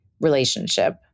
relationship